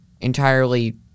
entirely